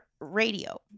Radio